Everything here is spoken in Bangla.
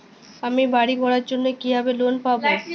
আমি বাড়ি করার জন্য কিভাবে লোন পাব?